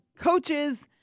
coaches